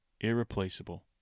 irreplaceable